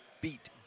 beat